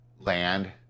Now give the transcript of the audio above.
land